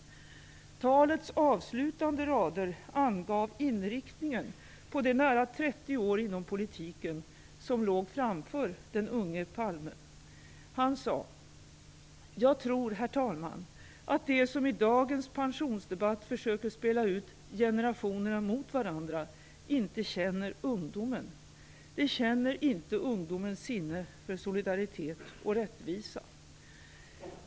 Talets avslutande rader angav inriktningen på de nära 30 år inom politiken som låg framför den unge Han sade: "Jag tror, herr talman, att de, som i dagens pensionsdebatt försöker spela ut generationerna mot varandra, inte känner ungdomen. De känner inte ungdomens sinne för solidaritet och rättvisa."